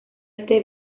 este